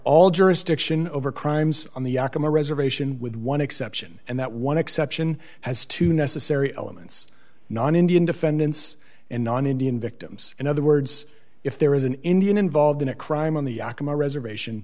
all jurisdiction over crimes on the yakima reservation with one exception and that one exception has two necessary elements non indian defendants and non indian victims in other words if there is an indian involved in a crime on the akamai reservation